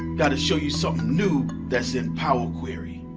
gotta show you something new that's in power query.